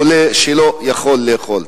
חולה שלא יכול לאכול.